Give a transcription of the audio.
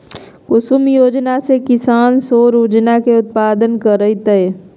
कुसुम योजना से किसान सौर ऊर्जा के उत्पादन करतय